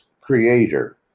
creator